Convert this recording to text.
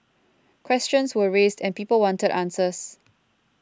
questions were raised and people wanted answers